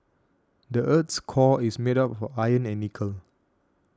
the earth's core is made up for iron and nickel